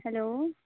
hello